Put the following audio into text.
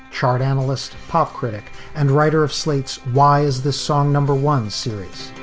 chart analyst, pop critic and writer of slate's why is this song number one series?